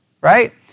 right